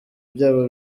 byabo